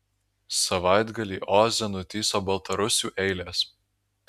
savaitgalį oze nutįso baltarusių eilės